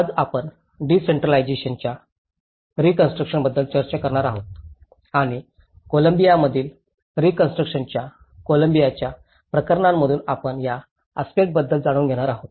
आज आपण डिसेंट्रलाजेशनच्या रीकॉन्स्ट्रुकशनबद्दल चर्चा करणार आहोत आणि कोलंबियामधील रीकॉन्स्ट्रुकशनच्या कोलंबियाच्या प्रकरणांमधून आपण या आस्पेक्टबद्दल जाणून घेणार आहोत